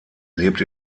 lebt